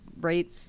right